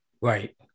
Right